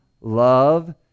Love